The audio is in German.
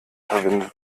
verwendet